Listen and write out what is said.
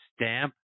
stamp